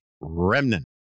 remnant